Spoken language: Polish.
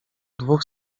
dwóch